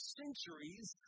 centuries